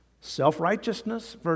Self-righteousness